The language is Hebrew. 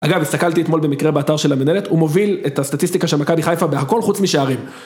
אגב הסתכלתי אתמול במקרה באתר של המנהלת, הוא מוביל את הסטטיסטיקה של מכבי חיפה בהכל חוץ משערים.